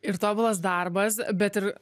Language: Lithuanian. ir tobulas darbas bet ir